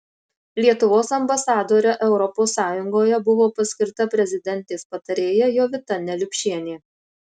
lietuvos ambasadore europos sąjungoje buvo paskirta prezidentės patarėja jovita neliupšienė